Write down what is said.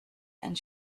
and